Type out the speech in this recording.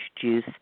juice